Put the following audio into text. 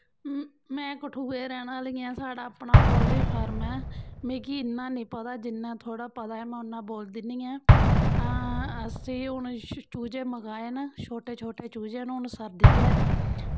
में कठुए दी रैह्न आह्ली ऐं साढ़ा अपना पोल्ट्री फार्म ऐ मिगी इन्ना निं पता जिन्ना थोह्ड़ा पता ऐ में उन्ना बोल दिन्नी आं असें हून चूजे मंगाए न छोटे छोटे चूजे न हून सर्दी ऐ